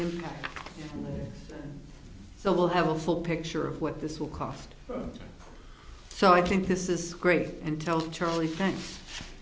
impact so we'll have a full picture of what this will cost so i think this is great and tell charlie